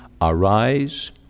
Arise